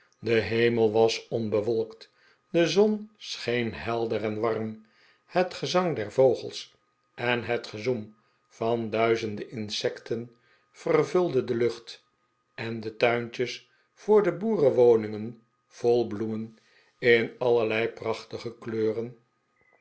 de hemel was onbewolkt de zon scheen helder en warm het gezang der vogels en het gezoem van duizenden insecten vervulden de lucht en de tuintjes voor de boerenwoningen vol bloemen in allerlei prachtige kleuren